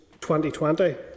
2020